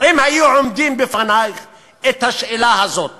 אם היו מעמידים בפנייך את השאלה הזאת